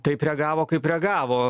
taip reagavo kaip reagavo